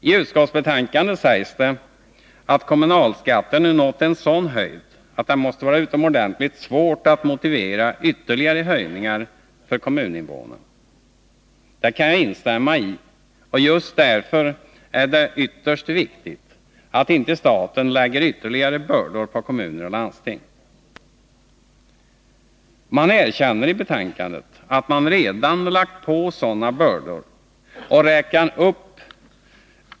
I utskottsbetänkandet sägs det att kommunalskatten nu nått en sådan höjd att det måste vara utomordentligt svårt att motivera ytterligare höjningar för kommuninvånarna. Det kan jag instämma i, och just därför är det ytterst viktigt att inte staten lägger ytterligare bördor på kommuner och landsting. Man erkänner i betänkandet att man redan lagt på bördor av det slaget.